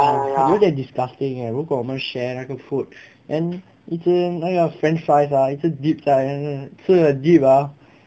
有点 digusting eh 如果我们 share 那个 food then 一直那个 french fries ah 一直 dip 在那个吃了 dip ah